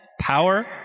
power